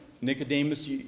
Nicodemus